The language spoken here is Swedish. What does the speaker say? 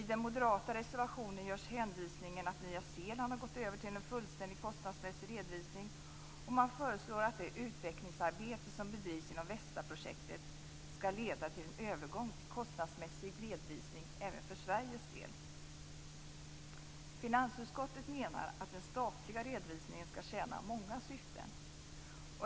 I den moderata reservationen görs hänvisningen att Nya Zeeland har gått över till en fullständig kostnadsmässig redovisning, och man föreslår att det utvecklingsarbete som bedrivs inom VESTA-projektet skall leda till en övergång till kostnadsmässig redovisning även för Sveriges del. Finansutskottet menar att den statliga redovisningen skall tjäna många syften.